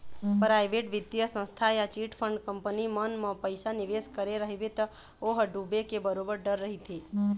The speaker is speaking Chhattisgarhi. पराइवेट बित्तीय संस्था या चिटफंड कंपनी मन म पइसा निवेस करे रहिबे त ओ ह डूबे के बरोबर डर रहिथे